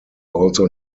also